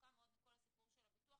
רחוקה מאוד מכל הסיפור של הביטוח,